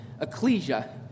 ecclesia